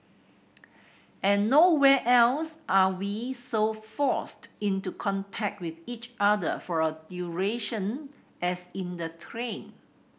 and nowhere else are we so forced into contact with each other for a duration as in the train